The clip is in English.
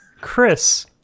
Chris